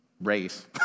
race